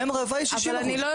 היום החפיפה היא 60%. אבל אני לא,